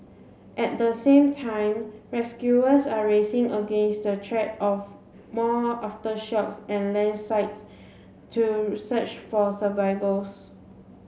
at the same time rescuers are racing against the of more aftershocks and landslides to research for survivals